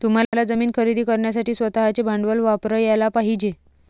तुम्हाला जमीन खरेदी करण्यासाठी स्वतःचे भांडवल वापरयाला पाहिजे